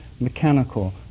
mechanical